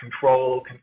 control